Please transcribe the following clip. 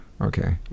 okay